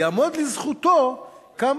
יעמוד לזכותו גם,